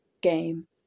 game